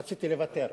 רציתי לוותר.